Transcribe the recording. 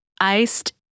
iced